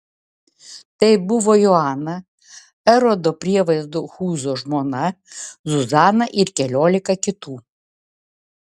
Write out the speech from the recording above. tai buvo joana erodo prievaizdo chūzo žmona zuzana ir keliolika kitų